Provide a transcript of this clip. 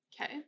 Okay